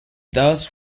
thus